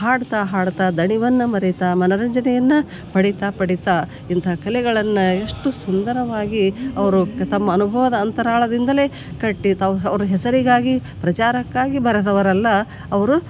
ಹಾಡ್ತಾ ಹಾಡ್ತಾ ದಣಿವನ್ನು ಮರಿತಾ ಮನರಂಜನೆಯನ್ನು ಪಡಿತಾ ಪಡಿತಾ ಇಂಥ ಕಲೆಗಳನ್ನು ಎಷ್ಟು ಸುಂದರವಾಗಿ ಅವರು ತಮ್ಮ ಅನುಭವದ ಅಂತರಾಳದಿಂದಲೆ ಕಟ್ಟಿ ತವ್ ಅವ್ರ ಹೆಸರಿಗಾಗಿ ಪ್ರಚಾರಕ್ಕಾಗಿ ಬರೆದವರಲ್ಲ ಅವರು